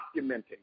documenting